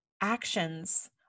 actions